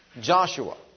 Joshua